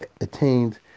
attained